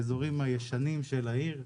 האזורים הישנים של העיר.